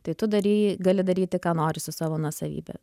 tai tu dary gali daryti ką nori su savo nuosavybe